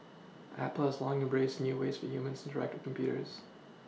Apple has long embraced new ways for humans interact the computers